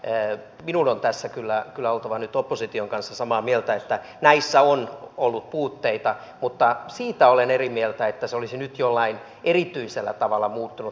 minun on tässä kyllä oltava nyt opposition kanssa samaa mieltä että näissä on ollut puutteita mutta siitä olen eri mieltä että se olisi nyt jollain erityisellä tavalla muuttunut